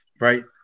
right